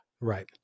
Right